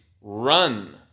run